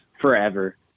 forever